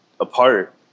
apart